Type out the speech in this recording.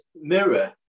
mirror